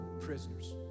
prisoners